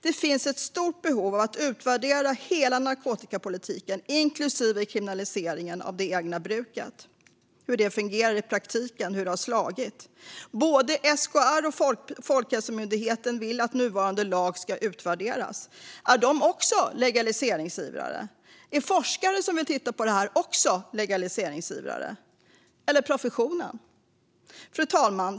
Det finns ett stort behov av att utvärdera hur hela narkotikapolitiken, inklusive kriminaliseringen av det egna bruket, fungerar i praktiken och hur den har slagit. Både SKR och Folkhälsomyndigheten vill att nuvarande lag ska utvärderas. Är de också legaliseringsivrare? Är forskare som vill titta på detta också legaliseringsivrare? Eller professionen? Fru talman!